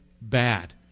bad